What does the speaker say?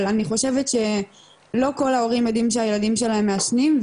אבל אני חושבת שלא כל ההורים יודעים שהילדים שלהם מעשנים.